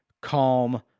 calm